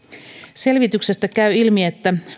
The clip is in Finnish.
selvityksestä käy ilmi että